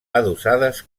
adossades